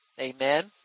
Amen